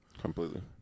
completely